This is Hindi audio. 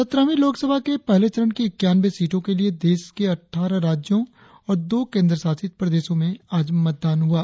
सत्रहवीं लोकसभा के पहले चरण की इक्यानवें सीटों के लिए देश के अट्ठारह राज्यों और दो केंद्रशासित प्रदेशों में मतदान हुआ